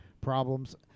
problems